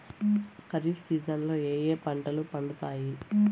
ఖరీఫ్ సీజన్లలో ఏ ఏ పంటలు పండుతాయి